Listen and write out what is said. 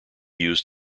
used